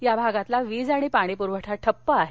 या भागातला वीज आणि पाणीपूरवठा ठप्प आहे